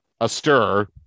astir